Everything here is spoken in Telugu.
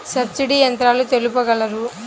సబ్సిడీ యంత్రాలు తెలుపగలరు?